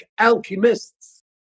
alchemists